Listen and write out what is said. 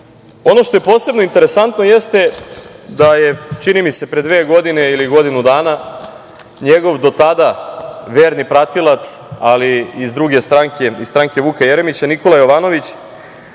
ono što je posebno interesantno jeste da je, čini mi se, pre dve godine ili godinu dana, njegov do tada verni pratilac, ali iz druge stranke, iz stranke Vuka Jeremića, Nikola Jovanović,